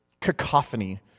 cacophony